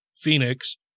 Phoenix